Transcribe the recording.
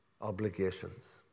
obligations